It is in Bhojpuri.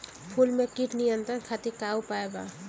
फूल में कीट नियंत्रण खातिर का उपाय बा?